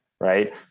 right